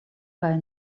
kaj